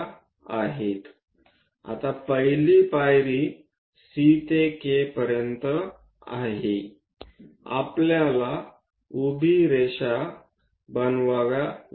आता पहिली पायरी C ते K पर्यंत आहे आपल्याला उभी रेषा बनवाव्या लागतील